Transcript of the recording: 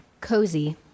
Cozy